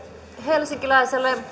helsinkiläisille